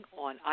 on